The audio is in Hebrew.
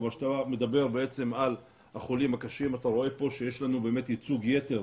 אבל כשאתה מדבר על החולים הקשים אתה רואה פה שיש ייצוג יתר